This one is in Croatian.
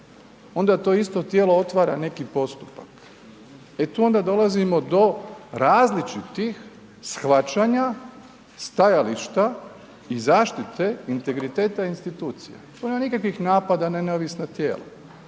Onda to isto tijelo otvara neki postupak, e tu onda dolazimo do različitih shvaćanja stajališta i zaštite integriteta institucija. Tu nema nikakvih napada na neovisnih tijela,